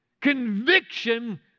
Conviction